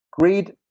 greed